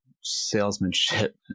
salesmanship